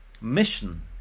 mission